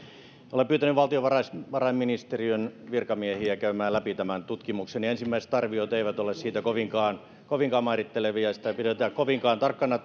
olen pyytänyt valtiovarainministeriön virkamiehiä käymään läpi tämän tutkimuksen ja ensimmäiset arviot siitä eivät ole kovinkaan kovinkaan mairittelevia ja sitä ei pidetä kovinkaan tarkkana